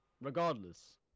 regardless